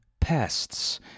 pests